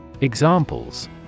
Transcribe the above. Examples